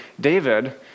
David